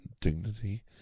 dignity